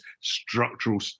structural